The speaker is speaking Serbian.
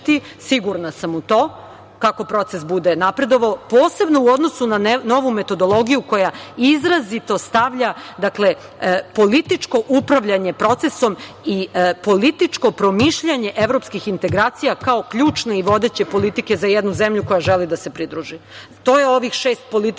sigurna sam u to, kako proces bude napredovao, posebno u odnosu na novu metodologiju koja izrazito stavlja političko upravljanje procesom i političko promišljanje evropskih integracija kao ključne i vodeće politike za jednu zemlju koja želi da se pridruži. To je ovih šest politika,